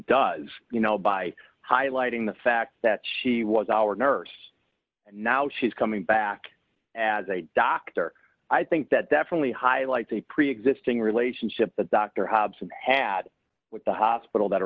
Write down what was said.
does you know by highlighting the fact that she was our nurse and now she's coming back as a doctor i think that definitely highlights a preexisting relationship that dr hobson had with the hospital that a